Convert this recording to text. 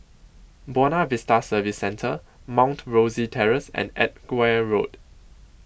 Buona Vista Service Centre Mount Rosie Terrace and Edgware Road